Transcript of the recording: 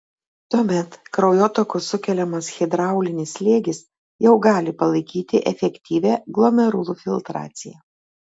tuomet kraujotakos sukeliamas hidraulinis slėgis jau gali palaikyti efektyvią glomerulų filtraciją